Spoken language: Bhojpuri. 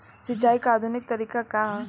सिंचाई क आधुनिक तरीका का ह?